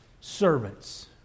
servants